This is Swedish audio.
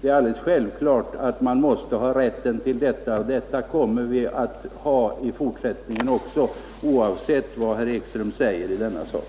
Det är alldeles självklart att man måste ha rätt till detta, och det kommer vi att ha också i fortsättningen, oavsett vad herr Ekström säger i denna sak.